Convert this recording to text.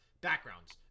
backgrounds